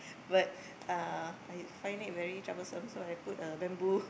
but uh I find it very troublesome so I put a bamboo